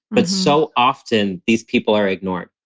but so often these people are ignored